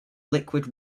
liquid